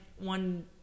one